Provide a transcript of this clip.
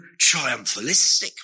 triumphalistic